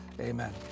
amen